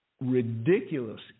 ridiculous